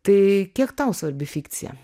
tai kiek tau svarbi fikcija